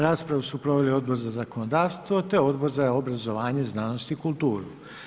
Raspravu su proveli Odbor za zakonodavstvo, te Odbor za obrazovanje, znanost i kulturu.